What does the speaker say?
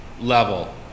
level